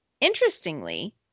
Interestingly